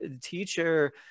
teacher